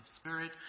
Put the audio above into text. Spirit